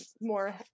more